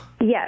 Yes